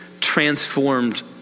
transformed